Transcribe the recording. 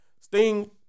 Sting